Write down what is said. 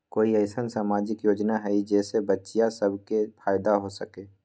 कोई अईसन सामाजिक योजना हई जे से बच्चियां सब के फायदा हो सके?